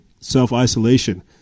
self-isolation